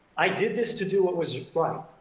i did this to do what was right,